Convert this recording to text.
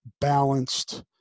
balanced